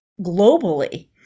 globally